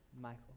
Michael